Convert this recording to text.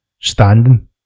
standing